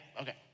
okay